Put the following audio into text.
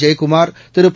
ஜெயக்குமார் திரு பா